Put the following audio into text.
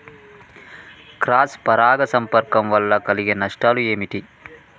Cross పరాగ సంపర్కం వల్ల కలిగే నష్టాలు ఏమిటి?